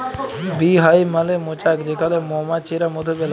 bee হাইভ মালে মচাক যেখালে মমাছিরা মধু বেলায়